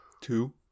two